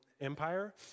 Empire